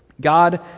God